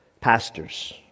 pastors